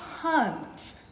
tons